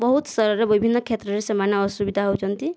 ବହୁତ ସ୍ତରରେ ବିଭିନ୍ନ କ୍ଷେତ୍ରରେ ସେମାନେ ଅସୁବିଧା ହଉଛନ୍ତି